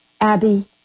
Abby